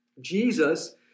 Jesus